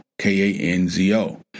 K-A-N-Z-O